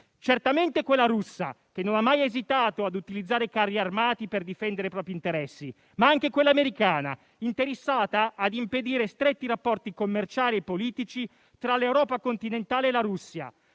certamente quella russa, che non ha mai esitato ad utilizzare i carri armati per difendere i propri interessi, ma anche quella americana, interessata ad impedire stretti rapporti commerciali e politici tra l'Europa continentale e la Russia.